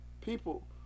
People